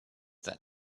that